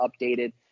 updated